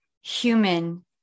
human